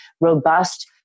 robust